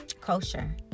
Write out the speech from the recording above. kosher